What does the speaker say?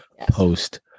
post